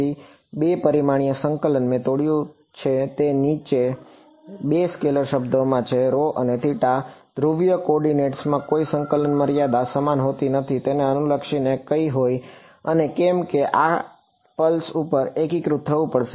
તેથી 2 પરિમાણીય સંકલન મેં તોડ્યું છેતે નીચે 2 સ્કેલેર શબ્દોમાં છે અને ધ્રુવીય કોઓર્ડિનેટ્સમાં કોઈ સંકલનની મર્યાદા સમાન હોતી નથી તે અનુલક્ષીને કઈ હોય અને કેમ કે આખી પ્લસ ઉપર એકીકૃત થવું પડે